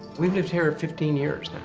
we've lived here ah fifteen years